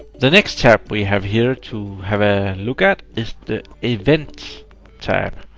the next step we have here to have a look at is the events tab,